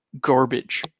garbage